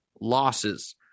losses